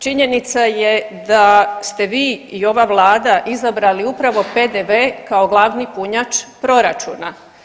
Činjenica je da ste vi i ova vlada izabrali upravo PDV kao glavni punjač proračuna.